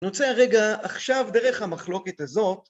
נוצר רגע עכשיו דרך המחלוקת הזאת